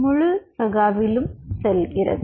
முழு சகாவிலும் செல்கிறது